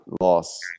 loss